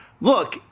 Look